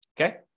Okay